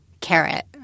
carrot